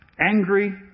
angry